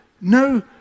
no